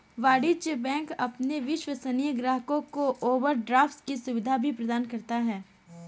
वाणिज्य बैंक अपने विश्वसनीय ग्राहकों को ओवरड्राफ्ट की सुविधा भी प्रदान करता है